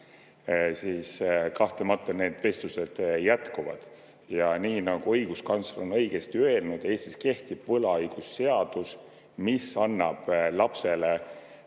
Kahtlemata need vestlused jätkuvad. Ja nii nagu õiguskantsler on õigesti öelnud, Eestis kehtib võlaõigusseadus, mis annab lapsele